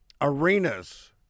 arenas